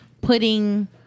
Putting